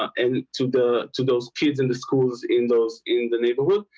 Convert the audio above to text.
and to the to those kids in the schools in those in the neighborhood,